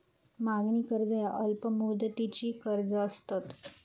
मागणी कर्ज ह्या अल्प मुदतीची कर्जा असतत